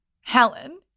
Helen